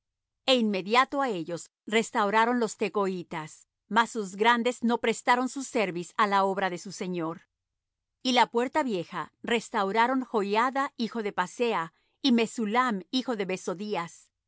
e inmediato á ellos restauraron los tecoitas mas sus grandes no prestaron su cerviz á la obra de su señor y la puerta vieja restauraron joiada hijo de pasea y mesullam hijo de